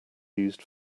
used